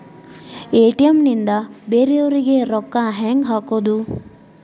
ATM ನಿಂದ ಬೇರೆಯವರಿಗೆ ರೊಕ್ಕ ಹೆಂಗ್ ಹಾಕೋದು?